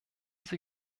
sie